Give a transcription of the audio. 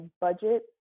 budget